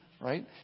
right